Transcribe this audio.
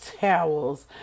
towels